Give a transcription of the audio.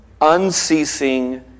unceasing